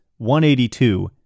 .182